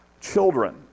children